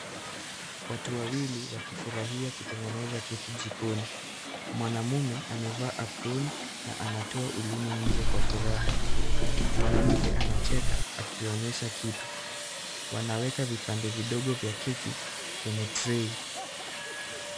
Watu wawili wakifurahia kutengeneza keki jikoni. Mwanamme amevaa aproni na anatoa nje ulimi kwa furaha. Mwanamke anacheka akionyesha kitu. Wanaweza vipande vidogo vya keki kwenye trei .